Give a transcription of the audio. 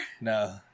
No